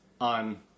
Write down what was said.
on